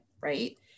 right